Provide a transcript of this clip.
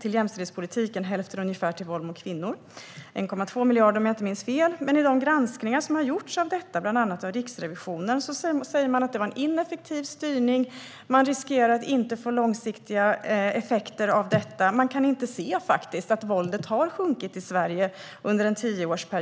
till jämställdhetspolitiken, varav ungefär hälften till arbetet mot våld mot kvinnor - 1,2 miljarder om jag inte minns fel. Men i de granskningar som har gjorts, bland annat av Riksrevisionen, framförs det att det var en ineffektiv styrning. Man riskerar att inte få långsiktiga effekter av detta. Man kan faktiskt inte se att våldet skulle ha sjunkit i Sverige under en tioårsperiod.